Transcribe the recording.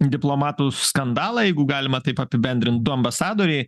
diplomatų skandalą jeigu galima taip apibendrint du ambasadoriai